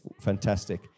fantastic